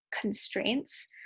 constraints